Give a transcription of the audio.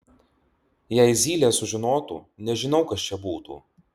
jei zylė sužinotų nežinau kas čia būtų